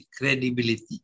credibility